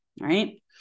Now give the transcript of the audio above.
right